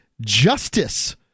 justice